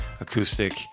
acoustic